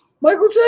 Michael